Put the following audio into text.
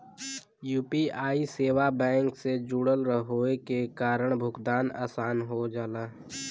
UPI सेवा bank से जुड़ल होये के कारण भुगतान आसान हो जाला